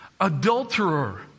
Adulterer